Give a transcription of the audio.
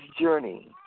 journey